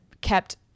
kept